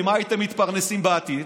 ממה הייתם מתפרנסים בעתיד,